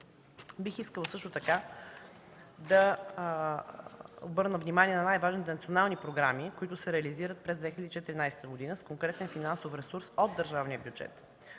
Бих искала също така да обърна внимание на най-важните национални програми, които се реализират през 2014 г. с конкретен финансов ресурс от държавния бюджет.